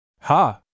Ha